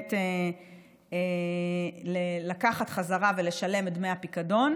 באמת לקחת חזרה ולשלם את דמי הפיקדון.